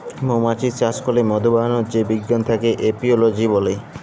মমাছি চাস ক্যরে মধু বানাবার যে বিজ্ঞান থাক্যে এপিওলোজি ব্যলে